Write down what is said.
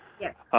Yes